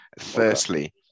Firstly